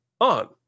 on